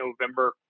November